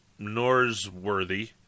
Norsworthy